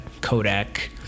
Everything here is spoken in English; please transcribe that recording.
Kodak